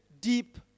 deep